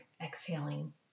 exhaling